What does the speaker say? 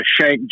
shank